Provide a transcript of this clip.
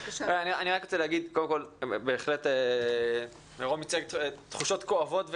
אני רק רוצה להגיד שבהחלט אלה תחושות כואבות וקשות.